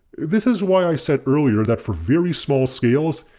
this is why i said earlier that for very small scales,